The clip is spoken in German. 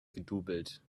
gedoubelt